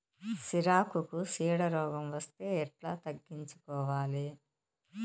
సిరాకుకు చీడ రోగం వస్తే ఎట్లా తగ్గించుకోవాలి?